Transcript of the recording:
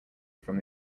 from